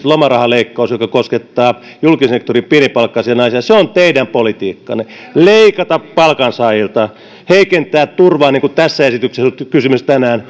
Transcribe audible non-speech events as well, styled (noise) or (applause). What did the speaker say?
(unintelligible) lomarahaleikkauksella joka koskettaa julkisen sektorin pienipalkkaisia naisia se on teidän politiikkaanne leikata palkansaajilta heikentää turvaa ja niin kuin tässä esityksessä on kysymys tänään (unintelligible)